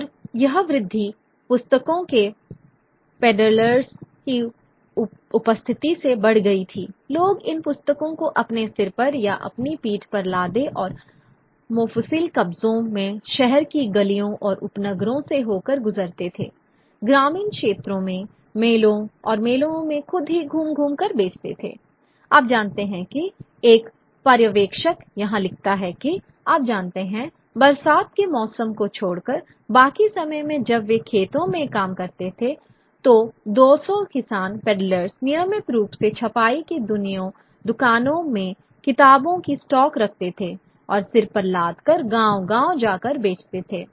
और यह वृद्धि पुस्तक के पेडलर्स की उपस्थिति से बढ़ गई थी लोग इन पुस्तकों को अपने सिर पर या अपनी पीठ पर लादे और मोफूसिल कस्बों में शहर की गलियों और उपनगरों से होकर गुजरते थे ग्रामीण क्षेत्रों में मेलों और मेलों में खुद ही घूम घूम कर बेचते थे आप जानते हैं कि एक पर्यवेक्षक यहाँ लिखता है कि आप जानते हैं बरसात के मौसम को छोड़कर बाकी समय में जब वे खेतों में काम करते थे तो दो सौ किसान पेडलर्स नियमित रूप से छपाई की दुकानों में किताबों की स्टॉक रखते थे और सिर पर लादकर गांव गांव जाकर बेचते थे